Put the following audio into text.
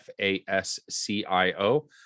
fascio